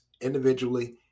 individually